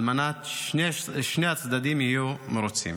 על מנת ששני הצדדים יהיו מרוצים.